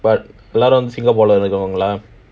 but எல்லோரும்:ellorum singapore leh இருக்கவங்களாம்:irukkavangalaam